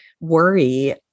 worry